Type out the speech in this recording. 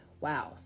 Wow